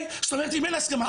זאת אומרת אם אין הסכמה.